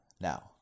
Now